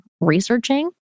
researching